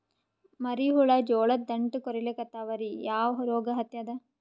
ಮರಿ ಹುಳ ಜೋಳದ ದಂಟ ಕೊರಿಲಿಕತ್ತಾವ ರೀ ಯಾ ರೋಗ ಹತ್ಯಾದ?